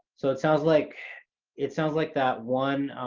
so it sounds like it sounds like that one,